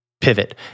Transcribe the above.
Pivot